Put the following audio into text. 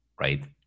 right